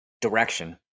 direction